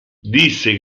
disse